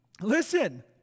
Listen